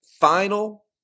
final